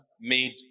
made